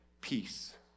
peace